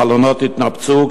החלונות התנפצו,